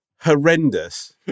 horrendous